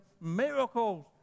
miracles